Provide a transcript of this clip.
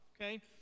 okay